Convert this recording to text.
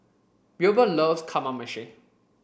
Wilbur loves Kamameshi